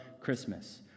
Christmas